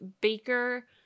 Baker